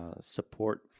support